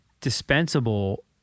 dispensable